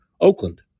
Oakland